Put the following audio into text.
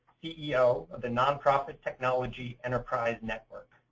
ceo of the nonprofit technology enterprise network,